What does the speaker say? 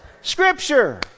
scripture